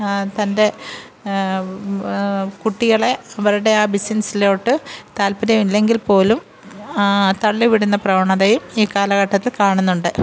തൻ്റെ കുട്ടികളെ അവരുടെ ആ ബിസിനസ്സിലോട്ട് താല്പ്പര്യമില്ലെങ്കില് പോലും തള്ളിവിടുന്ന പ്രവണതയും ഈ കാലഘട്ടത്തില് കാണുന്നുണ്ട്